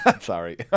sorry